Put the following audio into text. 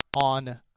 on